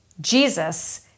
Jesus